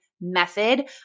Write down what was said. method